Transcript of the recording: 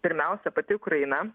pirmiausia pati ukraina